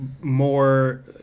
more